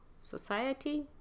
Society